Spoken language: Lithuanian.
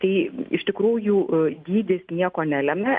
tai iš tikrųjų dydis nieko nelemia